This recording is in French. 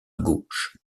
gauche